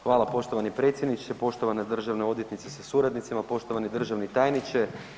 Hvala poštovani predsjedniče, poštovana državna odvjetnice sa suradnicima, poštovani državni tajniče.